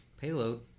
payload